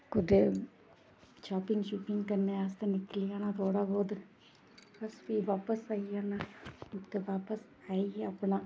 कुदै शॉपिंग शुपिंग करने आस्तै निकली जाना थोह्ड़ा बोह्त बस फ्ही बापस आई जाना ते बापस आइयै अपना